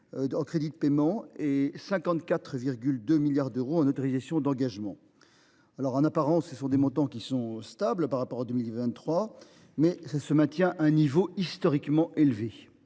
en crédits de paiement (CP) et à 54,2 milliards d’euros en autorisations d’engagement (AE). En apparence, ces montants sont stables par rapport à 2023, mais ils se maintiennent à un niveau historiquement élevé.